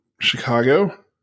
chicago